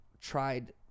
tried